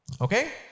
Okay